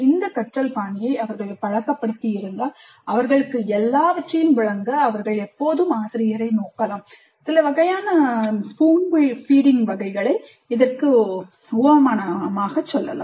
இந்த கற்றல் பாணியை அவர்கள் பழக்கப்படுத்தியிருந்தால் அவர்களுக்கு எல்லாவற்றையும் வழங்க அவர்கள் எப்போதும் ஆசிரியரை நோக்கலாம் சில வகையான Spoon Feeding என்று இவைகளைச் சொல்லலாம்